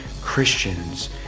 Christians